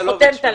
אם